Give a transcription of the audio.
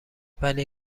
ولی